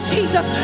Jesus